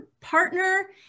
partner